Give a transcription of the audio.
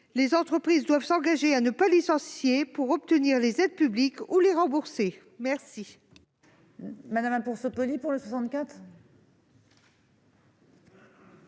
Les entreprises doivent s'engager à ne pas licencier pour obtenir les aides publiques. À défaut, elles